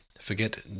Forget